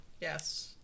Yes